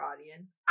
audience